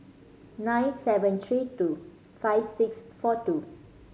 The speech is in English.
nine seven three two five six four two